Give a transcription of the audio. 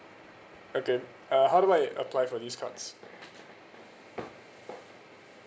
okay uh how do I apply for discounts